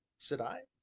said i.